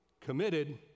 committed